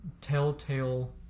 telltale